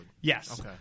Yes